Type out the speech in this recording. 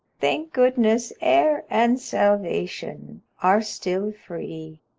thank goodness air and salvation are still free,